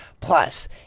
Plus